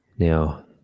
Now